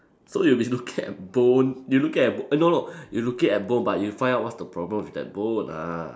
so you'll be looking at bone you looking at b~ eh no you looking at bone but you find out what's the problem with that bone ah